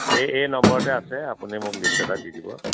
এই এই নম্বৰতে আছে আপুনি মোক লিষ্ট এটা দি দিব